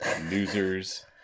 Losers